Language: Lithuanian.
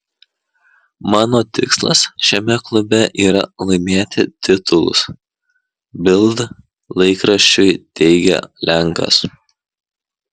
mano tikslas šiame klube yra laimėti titulus bild laikraščiui teigė lenkas